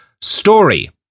Story